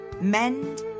mend